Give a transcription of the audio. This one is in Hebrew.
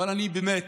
אבל אני באמת